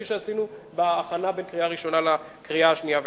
כפי שעשינו בהכנה בין הקריאה הראשונה לשנייה והשלישית.